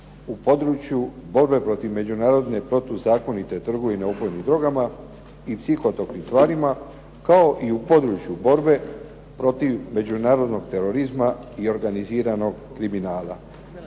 u području borbe protiv međunarodne protuzakonite trgovine opojnim drogama i psihotropnim tvarima kao i u području borbe protiv međunarodnog terorizma i organiziranog kriminala.